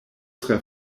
tre